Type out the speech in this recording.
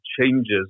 changes